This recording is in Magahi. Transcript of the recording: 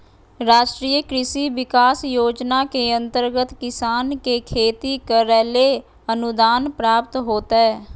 राष्ट्रीय कृषि विकास योजना के अंतर्गत किसान के खेती करैले अनुदान प्राप्त होतय